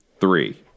three